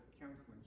counseling